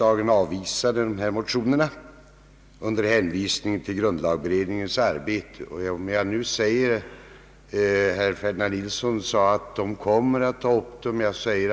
Därvid avvisade riksdagen motionerna under hänvisning till grundlagberedningens arbete. Herr Ferdinand Nilsson sade att grundlagberedningen kommer att ta upp dessa frågor.